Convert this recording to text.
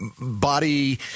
body